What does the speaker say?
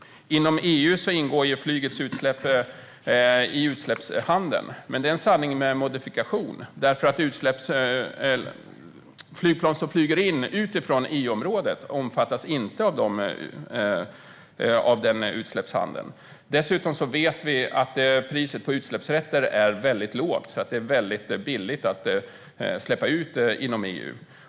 Inom EU ingår flygets utsläpp i utsläppshandeln. Men det är en sanning med modifikation. Flygplan som flyger in utifrån EU-området omfattas inte av den utsläppshandeln. Dessutom vet vi att priset på utsläppsrätter är väldigt lågt. Det är väldigt billigt att släppa ut inom EU.